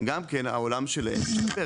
גם כן העולם שלהם ישתפר,